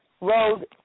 road